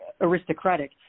aristocratic